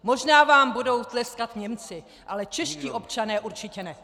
Možná vám budou tleskat Němci, ale čeští občané určitě ne.